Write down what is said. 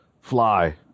Fly